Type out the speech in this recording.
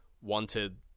wanted